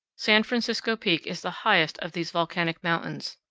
san francisco peak is the highest of these volcanic mountains,